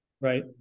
Right